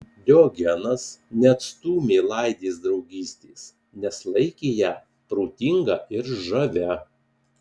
diogenas neatstūmė laidės draugystės nes laikė ją protinga ir žavia